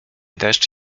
deszcz